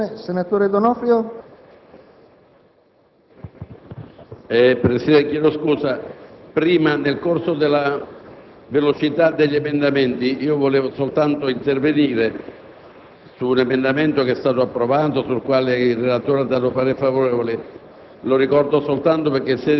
Anche questa sollecitazione viene fatta alla Commissione, fermo restando che il presentatore degli emendamenti non vuole mettersi in conflitto con le Commissioni riunite o con i relatori; ha soltanto la necessità di evidenziare una serie di problematicità